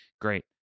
great